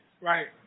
Right